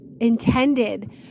intended